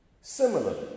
Similarly